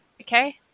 okay